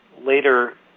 later